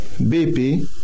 BP